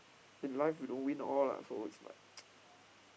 in life you don't win all lah so its like